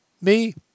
Me